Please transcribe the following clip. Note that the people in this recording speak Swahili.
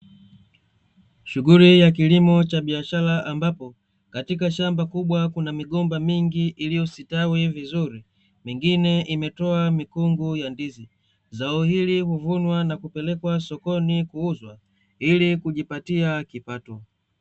Shughuli ya kilimo cha biashara, ambapo katika shamba kubwa kuna migomba mingi iliyostawi vizuri, mingine imetoa mikungu ya ndizi. Zao hili huvunwa na kupelekwa sokoni kuuzwa ili kujipatia kipato.